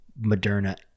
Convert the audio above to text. Moderna